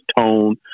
tone